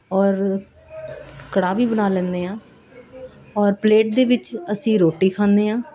ਔਰ ਕੜਾਹ ਵੀ ਬਣਾ ਲੈਂਦੇ ਹਾਂ ਔਰ ਪਲੇਟ ਦੇ ਵਿੱਚ ਅਸੀਂ ਰੋਟੀ ਖਾਂਦੇ ਹਾਂ